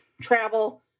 travel